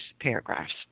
paragraphs